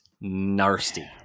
nasty